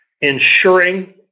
ensuring